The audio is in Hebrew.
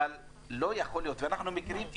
אבל לא ייתכן ואנחנו מכירים אישית,